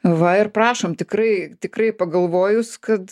va ir prašom tikrai tikrai pagalvojus kad